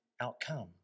outcome